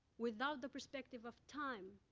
without the perspective of time,